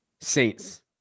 Saints